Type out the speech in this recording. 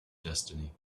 destiny